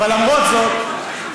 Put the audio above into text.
אבל למרות זאת,